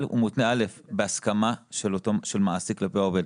ראשית הוא מותנה בהסכמה של מעסיק כלפי העובד.